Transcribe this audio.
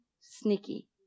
sneaky